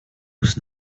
was